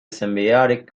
symbiotic